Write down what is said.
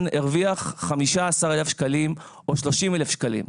השתכר 15,000 שקלים או 30,000 שקלים,